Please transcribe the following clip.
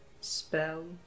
spell